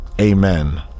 Amen